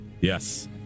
Yes